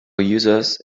users